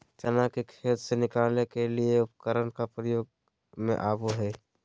चना के खेत से निकाले के लिए कौन उपकरण के प्रयोग में आबो है?